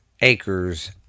Acres